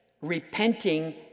Repenting